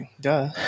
duh